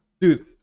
Dude